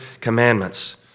commandments